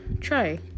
try